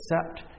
accept